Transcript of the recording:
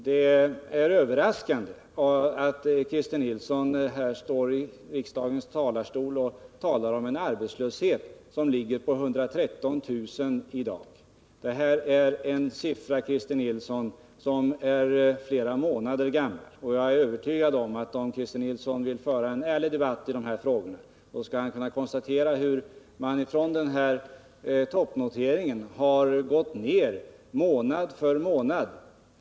Det är överraskande att Christer Nilsson står i riksdagens talarstol och talar om en arbetslöshet som ligger på 113 000 personer i dag. Det är en siffra, Christer Nilsson, som är flera månader gammal. Jag är övertygad om att om Christer Nilsson vill föra en ärlig debatt i dessa frågor skall han kunna konstatera hur man från denna toppnotering har gått ner månad för månad.